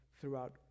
throughout